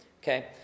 okay